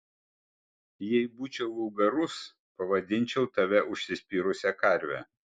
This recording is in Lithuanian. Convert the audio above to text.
jeigu būčiau vulgarus pavadinčiau tave užsispyrusia karve